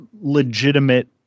legitimate